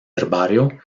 herbario